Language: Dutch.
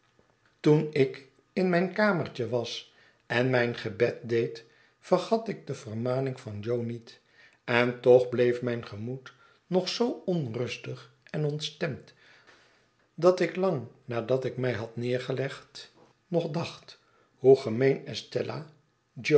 toen ik in mijn kamertje was en mijn gebed deed vergat ik de vermaning van jo niet en toch bleef mijn gemoed nog zoo onrustig en ontstemd dat ik lang nadat ik mij had neergelegd nog dacht hoe gemeen estella